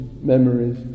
memories